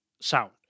sound